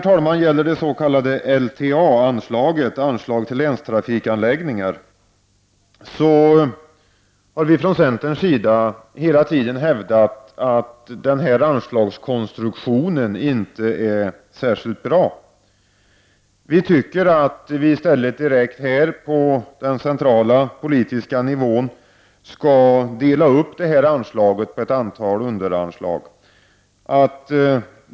Vidare finns det s.k, LTA-anslaget, dvs. anslag till länstrafikanläggningar. Från centerns sida har vi hela tiden hävdat att denna anslagskonstruktion inte är särskilt bra. Vi tycker att man i stället direkt på den centrala politiska nivån skall dela upp anslaget på ett antal underanslag.